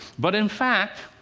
but in fact,